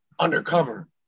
undercover